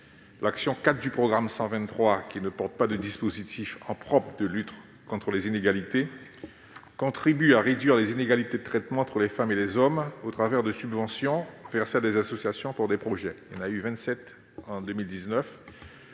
L'action n° 04 du programme 123, qui ne porte pas de dispositifs en propre de lutte contre les inégalités, contribue à réduire les inégalités de traitement entre les femmes et les hommes au travers de subventions versées à des associations pour des projets- vingt-sept en 2019